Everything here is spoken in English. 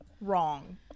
Wrong